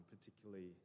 particularly